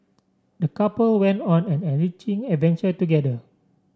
the couple went on an enriching adventure together